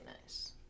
nice